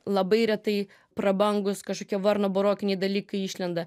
labai retai prabangūs kažkokie varno burokiniai dalykai išlenda